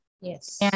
Yes